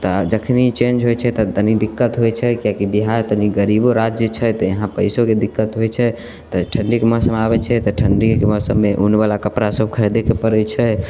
तऽ जखनी चेंज होय छै तऽ तनी दिक्कत होयत छै किएकि बिहार तनी गरीबो राज्य छै तऽ इहाँ पैसोके दिक्कत होएत छै तऽ ठण्डीके मौसम आबैत छै तऽ ठण्डीके मौसममे ऊनबला कपड़ा सब खरदैके पड़ैत छै